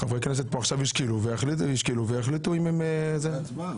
חברי כנסת עכשיו ישקלו ויחליטו אם הם --- תהיה הצבעה.